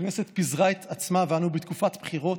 הכנסת פיזרה את עצמה ואנו בתקופת בחירות.